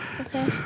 Okay